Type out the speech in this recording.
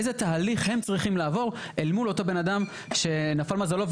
איזה תהליך הם צריכים לעבור אל מול אותו בן אדם שנפל מזלו,